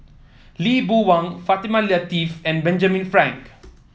Lee Boon Wang Fatimah Lateef and Benjamin Frank